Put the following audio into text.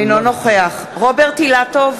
אינו נוכח רוברט אילטוב,